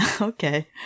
okay